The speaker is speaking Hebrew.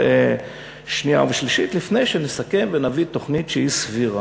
שנייה ושלישית לפני שנסכם ונביא תוכנית שהיא סבירה,